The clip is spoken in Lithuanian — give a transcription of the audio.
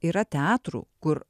yra teatrų kur